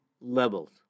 levels